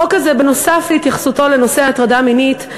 החוק הזה, בנוסף להתייחסותו לנושא הטרדה מינית,